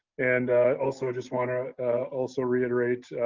and also, just want to also reiterate,